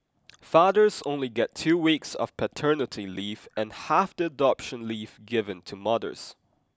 fathers only get two weeks of paternity leave and half the adoption leave given to mothers